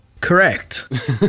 Correct